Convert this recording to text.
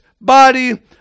body